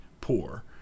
poor